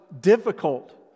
difficult